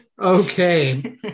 Okay